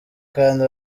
kandi